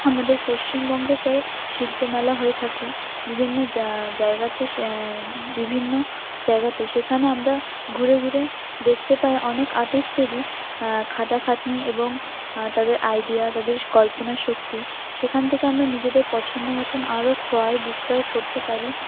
আমাদের পশ্চিমবঙ্গে প্রায় শিল্পমেলা হয়ে থাকে বিভিন্ন জা জায়গাতে সে বিভিন্ন জায়গাতে সেখানে আমরা ঘুরে ঘুরে দেখতে পাই অনেক আর্টিস্টদেরই খাটাখাটনি এবং তাদের আইডিয়া তাদের কল্পনাশক্তি সেখান থেকে আমরা নিজেদের পছন্দ মতোন আরো ক্রয়বিক্রয় করতে পারি